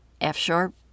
F-sharp